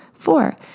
Four